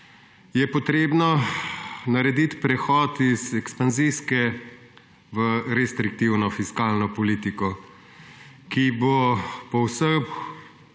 je treba narediti prehod iz ekspanzijske v restriktivno fiskalno politiko, ki bo po vsem,